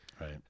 Right